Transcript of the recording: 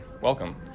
Welcome